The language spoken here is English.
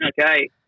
Okay